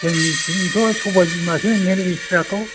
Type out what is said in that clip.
जोंनिथिंथ' सबाय बिमासो मोनलाबायो फिसाखौ